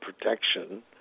protection